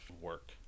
work